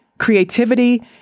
creativity